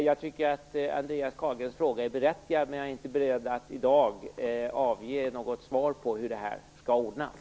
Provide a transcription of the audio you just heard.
Jag tycker att Andreas Carlgrens fråga är berättigad, men jag är inte i dag beredd att avge något svar på hur det här skall ordnas.